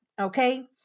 okay